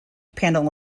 panel